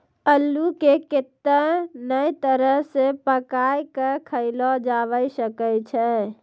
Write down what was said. अल्लू के कत्ते नै तरह से पकाय कय खायलो जावै सकै छै